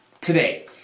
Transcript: Today